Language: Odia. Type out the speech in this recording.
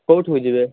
କେଉଁଠୁକୁ ଯିବେ